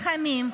חסרת הרחמים,